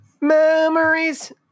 Memories